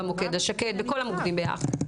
במוקד השקט, בכל המוקדים ביחד.